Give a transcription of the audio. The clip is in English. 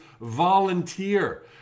volunteer